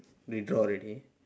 withdraw already